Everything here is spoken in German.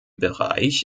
bereich